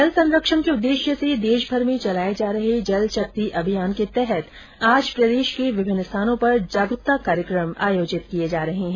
जल संरक्षण के उददेश्य से देशभर में चलाए जा रहे जल शक्ति अभियान के तहत आज प्रदेश के विभिन्न स्थानों पर जागरूकता कार्यक्रम आयोजित किए जा रहे हैं